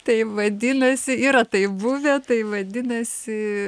tai vadinasi yra taip buvę tai vadinasi